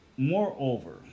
Moreover